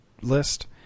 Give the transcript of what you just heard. list